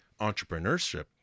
entrepreneurship